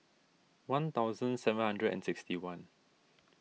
one thousand seven hundred and sixty one